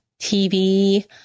TV